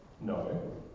No